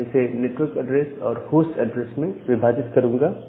मैं इसे network address और होस्ट एड्रेस में विभाजित करूंगा